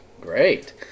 great